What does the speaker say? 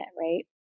right